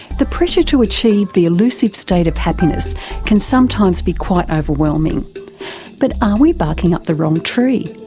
the pressure to achieve the elusive state of happiness can sometimes be quite overwhelming but are we barking up the wrong tree?